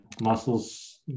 muscles